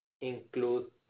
include